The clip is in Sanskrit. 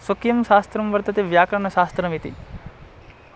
स्वकीयं शास्त्रं वर्तते व्याकरणशास्त्रमिति